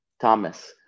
Thomas